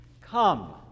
Come